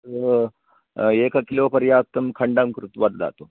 तत् एकं किलो पर्याप्तं खण्डं कृत्वा ददातु